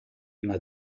una